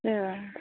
ओ